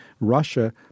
Russia